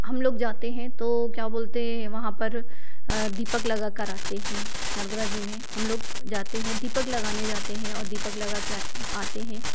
हम लोग जाते हैं तो क्या बोलते हैं वहाँ पर दीपक लगाकर आते हैं नर्मदा जी में हम लोग जाते हैं दीपक लगाने जाते हैं और दीपक लगाके आते हैं